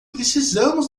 precisamos